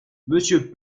monsieur